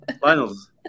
Finals